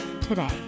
today